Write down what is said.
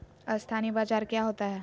अस्थानी बाजार क्या होता है?